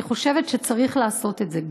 אני חושבת שצריך לעשות את זה.